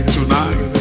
tonight